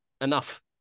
enough